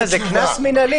נינא, זה קנס מינהלי.